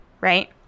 right